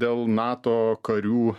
dėl nato karių